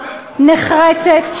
נחרצת,